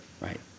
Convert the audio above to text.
Right